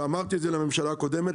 ואמרתי את זה לממשלה הקודמת,